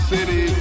City